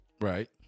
Right